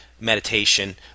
meditation